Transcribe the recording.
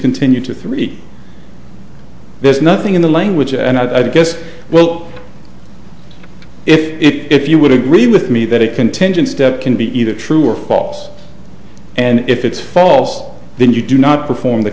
continue to three there's nothing in the language and i guess well if it if you would agree with me that a contingent step can be either true or false and if it's false then you do not perform the